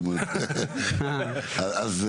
עד אז,